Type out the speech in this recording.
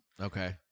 okay